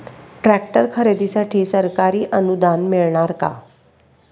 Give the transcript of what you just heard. Tractor खरेदीसाठी सरकारी अनुदान मिळणार का?